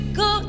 go